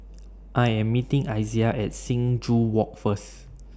I Am meeting Izaiah At Sing Joo Walk First